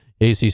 ACC